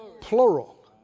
Plural